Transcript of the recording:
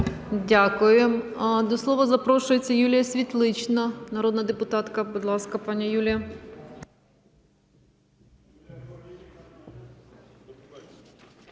Дякую. До слова запрошується Юлія Світлична, народна депутатка. Будь ласка, пані Юлія.